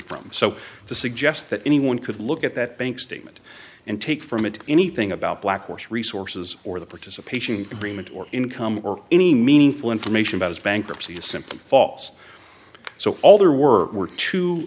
from so to suggest that anyone could look at that bank statement and take from it anything about black horse resources or the participation agreement or income or any meaningful information about his bankruptcy is simply false so all there were were